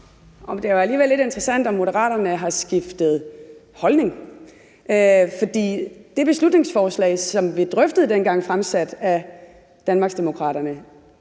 det er jo alligevel lidt interessant, om Moderaterne har skiftet holdning. For det beslutningsforslag, som vi drøftede dengang, fremsat af Danmarksdemokraterne,